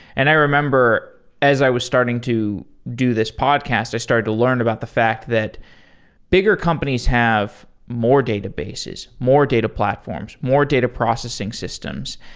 and i remember as i was starting to do this podcast, i started to learn about the fact that bigger companies have more databases, more data platforms, more data processing systems.